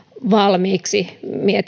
valmiiksi